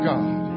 God